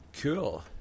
Cool